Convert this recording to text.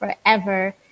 forever